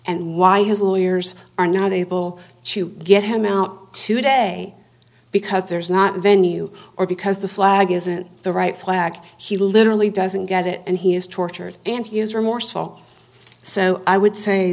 and why his lawyers are not able to get him out today because there's not venue or because the flag isn't the right flag he literally doesn't get it and he is tortured and he is remorseful so i would say